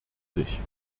sich